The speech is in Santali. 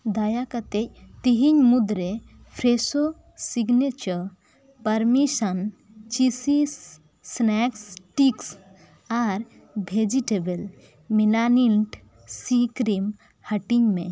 ᱫᱟᱭᱟ ᱠᱟᱛᱮᱫ ᱛᱮᱦᱮᱧ ᱢᱩᱫᱽᱨᱮ ᱯᱷᱨᱮᱥᱳ ᱥᱤᱜᱱᱮᱪᱟᱨ ᱯᱟᱨᱢᱤᱥᱟᱱ ᱪᱤᱥᱤᱥ ᱥᱱᱮᱠᱥ ᱴᱤᱠᱥ ᱟᱨ ᱵᱷᱮᱡᱤᱴᱮᱵᱮᱞ ᱢᱤᱞᱟᱱᱤᱴ ᱥᱤ ᱠᱨᱤᱢ ᱦᱟᱴᱤᱝ ᱢᱮ